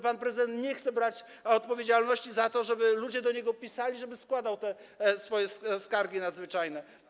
Pan prezydent nie chce brać odpowiedzialności za to, żeby ludzie do niego pisali, żeby składał te swoje skargi nadzwyczajne.